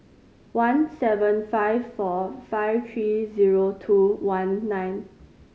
one seven five four five three zero two one nine